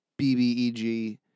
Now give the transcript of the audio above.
BBEG